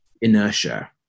inertia